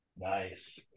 Nice